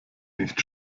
nicht